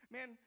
Man